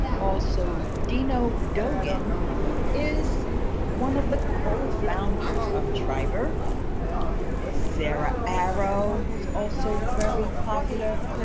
also dino dogan who is one of the co-founders of triberr. sarah arrow who is also very popular,